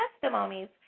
testimonies